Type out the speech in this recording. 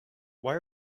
why